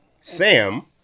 Sam